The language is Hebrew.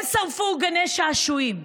הם שרפו גני שעשועים,